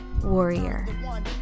Warrior